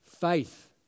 faith